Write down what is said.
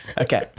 okay